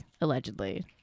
allegedly